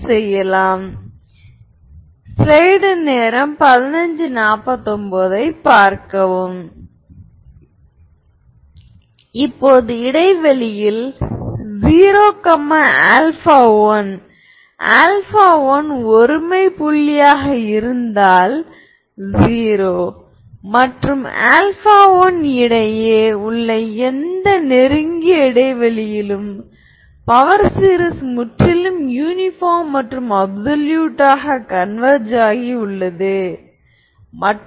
சமச்சீர் மேட்ரிக்ஸுடன் தொடர்புடைய ஐகென் மதிப்பு இருந்தால் மற்றும் அது ஒரு காம்ப்ளெக்ஸ் ஐகென் வெக்டார் இருந்தால் அதன் பார் ம் ஐகென் வெக்டார் என்று பொருள்